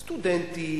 סטודנטים,